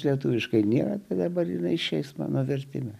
lietuviškai ne dabar jinai šiais mano vertime